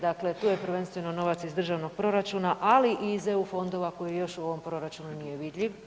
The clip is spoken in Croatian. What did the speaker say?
Dakle, tu je prvenstveno novac iz državnog proračuna, ali i iz EU fondova koji još u ovom proračunu nije vidljiv.